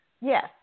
Yes